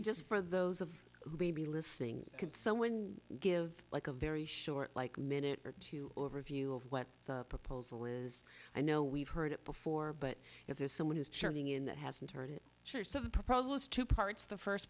just for those of maybe listening could someone give like a very short like minute or two overview of what the proposal is i know we've heard it before but if there's someone who's churning in that hasn't heard it sure so the proposal is two parts the first